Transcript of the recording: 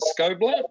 Scobler